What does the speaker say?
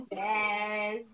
yes